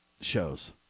shows